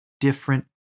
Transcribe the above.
different